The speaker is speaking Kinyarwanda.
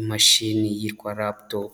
imashini yitwa laptop.